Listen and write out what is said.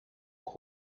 full